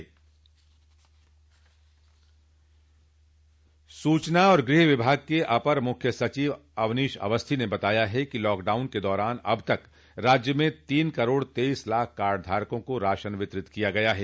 सूचना और गृह विभाग के अपर मुख्य सचिव अवनीश अवस्थी ने बताया कि लॉकडाउन के दौरान अब तक राज्य में तीन करोड़ तेईस लाख कार्ड धारकों को राशन वितरित किया गया है